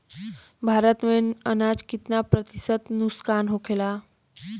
भारत में अनाज कितना प्रतिशत नुकसान होखेला?